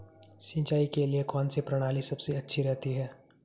सिंचाई के लिए कौनसी प्रणाली सबसे अच्छी रहती है?